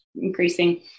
increasing